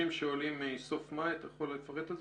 אתה יכול לפרט קצת?